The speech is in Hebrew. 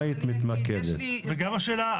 וגם השאלה,